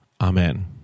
Amen